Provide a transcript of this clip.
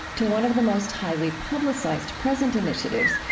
to one of the most highly publicized present initiatives,